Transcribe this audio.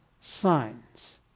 signs